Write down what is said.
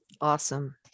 Awesome